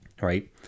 Right